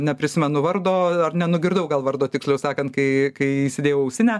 neprisimenu vardo ar nenugirdau gal vardo tiksliau sakant kai kai įsidėjau ausinę